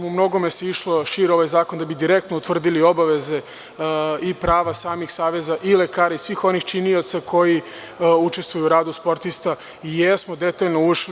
U mnogome se išlo šire, ovaj zakon, da bi direktno utvrdili obaveze i prava samih saveza i lekara i svih onih činioca koji učestvuju u radu sportista i jesmo detaljno ušli.